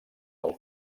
del